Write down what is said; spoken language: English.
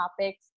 topics